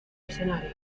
escenario